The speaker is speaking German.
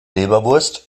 leberwurst